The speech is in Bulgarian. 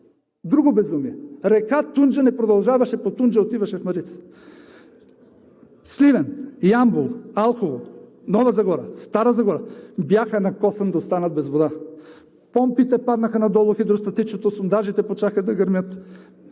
друго безумие! Река Тунджа не продължаваше по Тунджа, а отиваше в река Марица! Сливен, Ямбол, Елхово, Нова Загора, Стара Загора бяха на косъм да останат без вода. Помпите паднаха надолу, хидростатичното, сондажите започнаха да гърмят